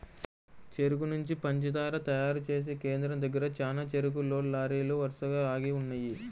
చెరుకు నుంచి పంచదార తయారు చేసే కేంద్రం దగ్గర చానా చెరుకు లోడ్ లారీలు వరసగా ఆగి ఉన్నయ్యి